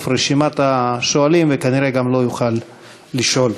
רשימת השואלים וכנראה גם לא יוכל לשאול.